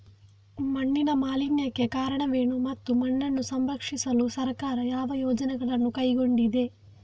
ಮಣ್ಣಿನ ಮಾಲಿನ್ಯಕ್ಕೆ ಕಾರಣವೇನು ಮತ್ತು ಮಣ್ಣನ್ನು ಸಂರಕ್ಷಿಸಲು ಸರ್ಕಾರ ಯಾವ ಯೋಜನೆಗಳನ್ನು ಕೈಗೊಂಡಿದೆ?